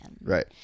Right